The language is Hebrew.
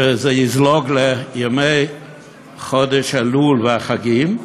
שזה יזלוג לימי חודש אלול והחגים,